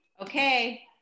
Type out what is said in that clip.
okay